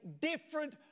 different